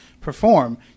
perform